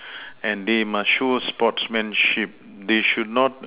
and they must show sportsmanship they should not